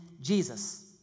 Jesus